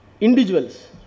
Individuals